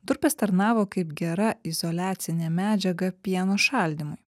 durpės tarnavo kaip gera izoliacinė medžiaga pieno šaldymui